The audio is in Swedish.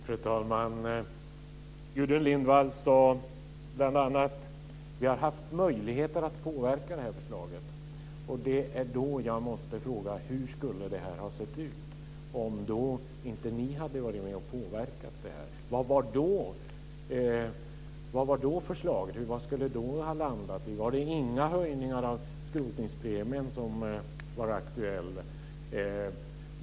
Fru talman! Gudrun Lindvall sade bl.a. att Miljöpartiet har haft möjligheter att påverka förslaget. Jag måste fråga hur det skulle ha sett ut om ni inte hade varit med och påverkat. Vilket var då förslaget? Vad skulle det ha landat i? Var det inte aktuellt med några höjningar av skrotningspremien?